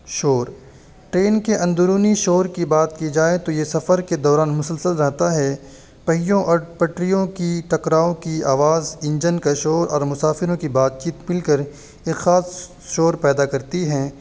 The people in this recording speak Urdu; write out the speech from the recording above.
شور ٹرین کے اندرونی شور کی بات کی جائے تو یہ سفر کے دوران مسلسل رہتا ہے پہیوں اور پٹریوں کی ٹکراؤ کی آواز انجن کا شور اور مسافروں کی بات چیت مل کر ایک خاص شور پیدا کرتی ہیں